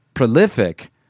prolific